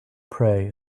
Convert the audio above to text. pray